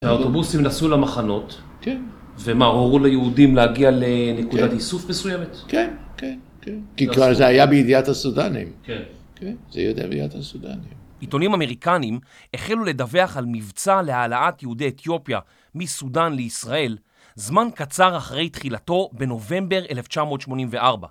האוטובוסים נסעו למחנות, כן. ומה, אמרו ליהודים להגיע לנקודת איסוף מסוימת? כן, כן, כן. כי כבר זה היה בידיעת הסודנים. כן. כן, זה היה בידיעת הסודנים. עיתונים אמריקנים החלו לדווח על מבצע להעלאת יהודי אתיופיה מסודן לישראל זמן קצר אחרי תחילתו בנובמבר 1984.